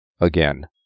again